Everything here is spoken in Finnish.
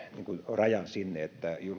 rajan sinne että julkinen